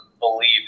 believe